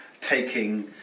taking